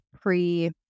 pre